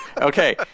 Okay